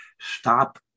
stop